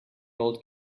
old